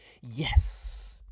yes